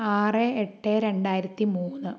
ആറ് എട്ട് രണ്ടായിരത്തി മൂന്ന്